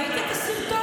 אבל מה היה בהתחלה?